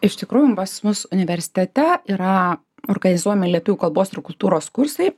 iš tikrųjų pas mus universitete yra organizuojami lietuvių kalbos ir kultūros kursai